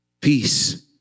Peace